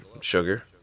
sugar